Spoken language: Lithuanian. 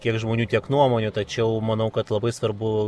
kiek žmonių tiek nuomonių tačiau manau kad labai svarbu